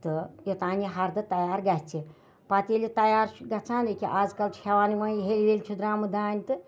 تہٕ یوٚتانۍ یہِ ہردٕ تیار گژھِ پَتہٕ ییٚلہِ یہِ تیار چھُ گژھان ییٚکیٛاہ اَزکَل چھِ ہیٚوان یِمَے ہیٚلہِ ویٚلہِ چھُ درٛامُت دانہِ تہٕ